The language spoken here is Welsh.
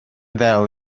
ddel